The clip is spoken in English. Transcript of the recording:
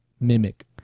mimic